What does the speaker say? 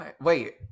Wait